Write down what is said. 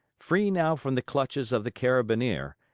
free now from the clutches of the carabineer,